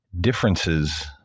differences